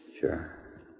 Sure